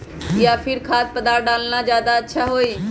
या फिर खाद्य पदार्थ डालना ज्यादा अच्छा होई?